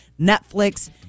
Netflix